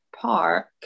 Park